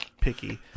picky